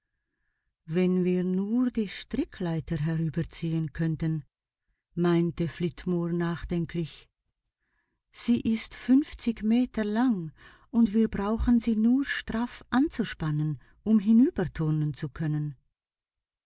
wenn wir nur die strickleiter herüberziehen könnten meinte flitmore nachdenklich sie ist fünfzig meter lang und wir brauchen sie nur straff anzuspannen um hinüberturnen zu können